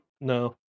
No